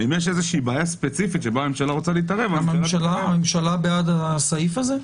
ואם יש בעיה ספציפית שהממשלה רוצה להתערב --- הממשלה בעד הסעיף הזה?